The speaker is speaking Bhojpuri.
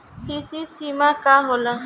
सी.सी सीमा का होला?